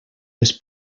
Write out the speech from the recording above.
les